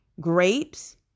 Grapes